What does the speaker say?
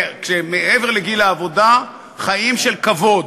כשהם מעבר לגיל העבודה, חיים של כבוד,